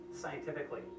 scientifically